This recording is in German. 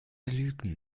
lügen